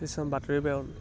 কিছুমান বাতৰি প্ৰেৰণ